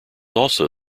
also